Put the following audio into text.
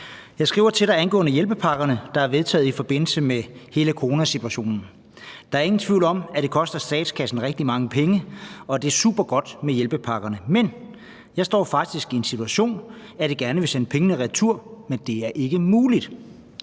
Jeg skriver til dig angående hjælpepakkerne, der er vedtaget i forbindelse med hele coronasituationen. Der er ingen tvivl om, at det koster statskassen rigtig mange penge, og at det er supergodt med hjælpepakkerne. Men jeg står faktisk i en situation, at jeg gerne vil sende pengene retur, men det er ikke muligt.